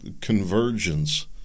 convergence